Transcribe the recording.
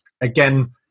again